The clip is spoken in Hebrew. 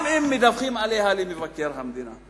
גם אם מדווחים עליו למבקר המדינה.